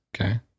Okay